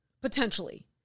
potentially